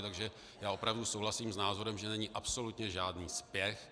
Takže já opravdu souhlasím s názorem, že není absolutně žádný spěch.